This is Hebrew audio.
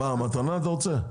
אתה רוצה במתנה?